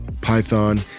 python